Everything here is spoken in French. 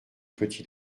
petit